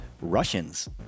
Russians